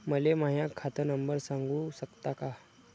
मले माह्या खात नंबर सांगु सकता का?